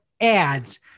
ads